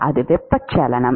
அது வெப்பச்சலனம்